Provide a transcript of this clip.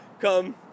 Come